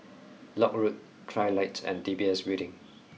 Lock Road Trilight and D B S Building